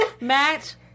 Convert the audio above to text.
Matt